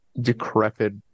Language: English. decrepit